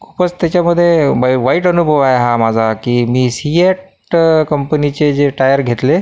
खूपच त्याच्यामध्ये वाई वाईट अनुभव आहे हा माझा की मी सिॲट कंपनीचे जे टायर घेतले